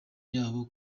yabo